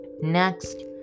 Next